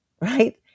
right